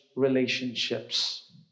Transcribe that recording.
Relationships